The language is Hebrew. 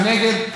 מי נגד?